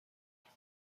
خیلی